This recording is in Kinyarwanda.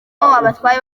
abatware